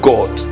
God